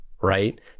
right